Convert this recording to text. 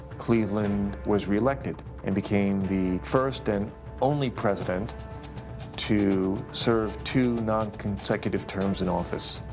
cleveland was reelected and became the first and only president to serve two non-consecutive terms in office.